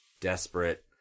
desperate